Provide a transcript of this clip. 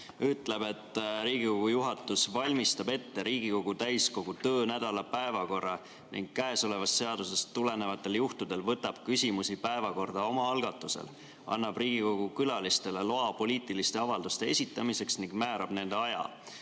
ütleb, et Riigikogu juhatus valmistab ette Riigikogu täiskogu töönädala päevakorra ning käesolevast seadusest tulenevatel juhtudel võtab küsimusi päevakorda oma algatusel, annab Riigikogu külalistele loa poliitiliste avalduste esitamiseks ning määrab nende aja.